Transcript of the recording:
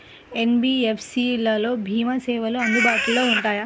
NBFC లలో భీమా సేవలు అందుబాటులో ఉంటాయా?